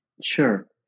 sure